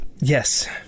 Yes